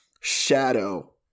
shadow